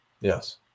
Yes